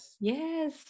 Yes